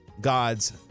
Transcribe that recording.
gods